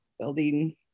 building